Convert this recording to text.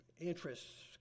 interests